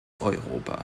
europa